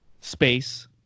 Space